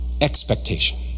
expectation